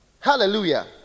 Hallelujah